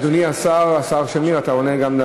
אדוני השר, השר שמיר, אתה עונה גם על